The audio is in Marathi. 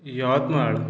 यवतमाळ